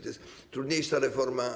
To jest trudniejsza reforma.